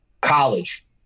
college